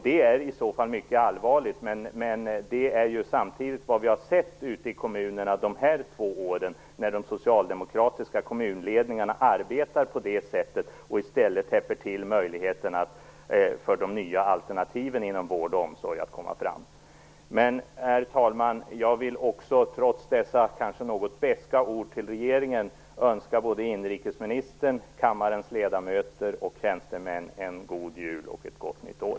Det är i så fall mycket allvarligt, men det är ju samtidigt vad vi har sett ute i kommunerna under de här två åren: De socialdemokratiska kommunledningarna arbetar på det sättet och täpper därmed till möjligheterna för de nya alternativen inom vård och omsorg att komma fram. Herr talman! Jag vill trots dessa kanske något beska ord till regeringen önska både inrikesministern, kammarens ledamöter och tjänstemännen en god jul och ett gott nytt år!